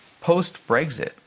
post-Brexit